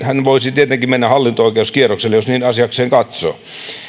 hän voisi tietenkin mennä hallinto oikeuskierrokselle jos niin asiakseen katsoo